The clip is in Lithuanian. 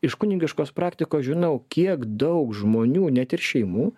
iš kunigiškos praktikos žinau kiek daug žmonių net ir šeimų